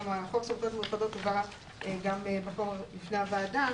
חוק סמכויות מיוחדות הובא בפני הוועדה,